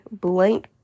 blank